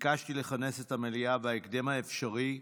ביקשתי לכנס את המליאה בהקדם האפשרי,